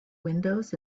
windows